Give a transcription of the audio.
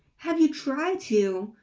have you tried to,